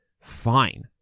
fine